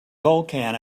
vulkan